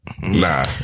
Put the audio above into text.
Nah